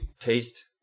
taste